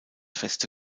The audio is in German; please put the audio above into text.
feste